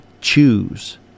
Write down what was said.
choose